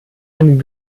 einen